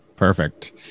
Perfect